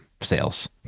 sales